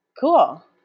cool